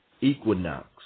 equinox